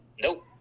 Nope